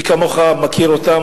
מי כמוך מכיר אותם,